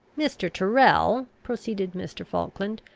mr. tyrrel, proceeded mr. falkland,